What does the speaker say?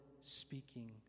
speaking